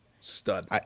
stud